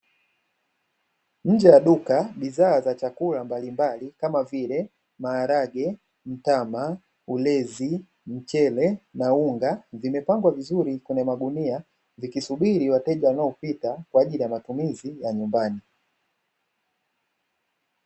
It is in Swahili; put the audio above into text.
Nje ya duka bidhaa za chakula mbalimbali, kama vile: maharage, mtama, ulezi, mchele na unga; vimepangwa vizuri kwenye magunia, vikisubiri wateja wanaopita kwa ajili ya matumizi ya nyumbani.